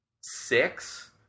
six